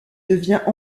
devient